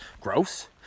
Gross